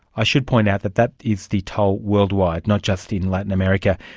i should point out that that is the toll worldwide, not just in latin america,